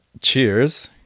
cheers